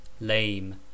Lame